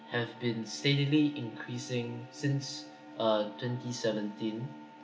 have been steadily increasing since uh twenty seventeen